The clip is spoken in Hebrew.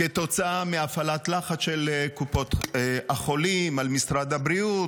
כתוצאה מהפעלת לחץ של קופות החולים על משרד הבריאות.